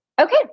Okay